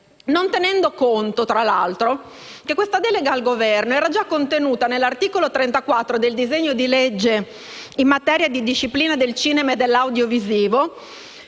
non tenendo conto, tra l'altro, del fatto che questa delega al Governo era già contenuta nell'articolo 34 del disegno di legge in materia di disciplina del cinema e dell'audiovisivo,